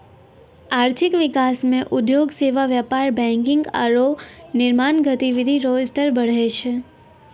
आर्थिक विकास मे उद्योग सेवा व्यापार बैंकिंग आरू निर्माण गतिविधि रो स्तर बढ़ै छै